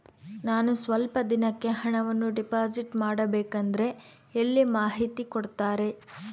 ನಾನು ಸ್ವಲ್ಪ ದಿನಕ್ಕೆ ಹಣವನ್ನು ಡಿಪಾಸಿಟ್ ಮಾಡಬೇಕಂದ್ರೆ ಎಲ್ಲಿ ಮಾಹಿತಿ ಕೊಡ್ತಾರೆ?